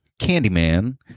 Candyman